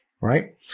right